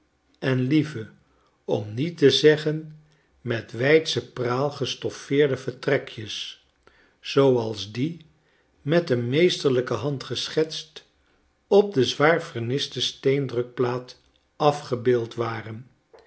en lieve om niet te zeggen met weidsche praal gestoffeerde vertrekjes zooals die met een meesterlijke hand geschetst op de zwaar verniste steendrukplaat afgebeeld waren